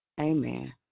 Amen